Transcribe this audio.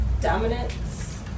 Dominance